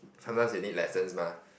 something you need lessons mah